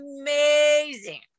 amazing